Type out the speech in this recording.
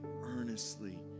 earnestly